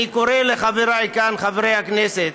אני קורא לחבריי חברי הכנסת